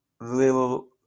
little